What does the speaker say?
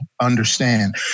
understand